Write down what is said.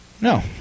No